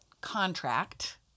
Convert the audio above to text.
contract